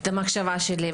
את המחשבה שלי.